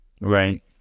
Right